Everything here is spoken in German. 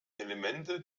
elemente